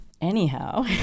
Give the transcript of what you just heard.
anyhow